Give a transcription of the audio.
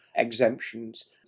exemptions